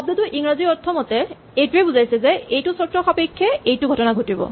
শব্দটোৰ ইংৰাজী অৰ্থমতে এইটোৱেই বুজাইছে যে এইটো চৰ্ত সাপেক্ষে এইটো ঘটনা ঘটিব